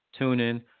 TuneIn